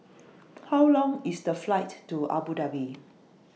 How Long IS The Flight to Abu Dhabi